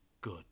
good